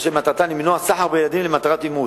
אשר מטרתן למנוע סחר בילדים למטרת אימוץ,